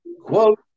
quote